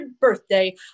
birthday